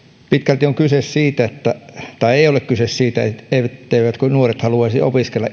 ole kyse siitä etteivätkö nuoret haluaisi opiskella